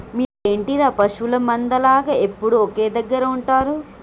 మీరేంటిర పశువుల మంద లాగ ఎప్పుడు ఒకే దెగ్గర ఉంటరు